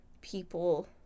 people